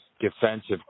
Defensive